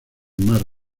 más